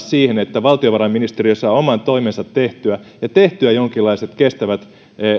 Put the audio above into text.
sitä että valtiovarainministeriö saa oman toimensa tehtyä ja tehtyä jonkinlaiset kestävät